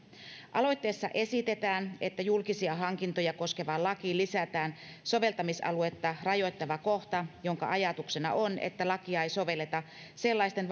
aloitteessa esitetään että julkisia hankintoja koskevaan lakiin lisätään soveltamisaluetta rajoittava kohta jonka ajatuksena on että lakia ei sovelleta sellaisten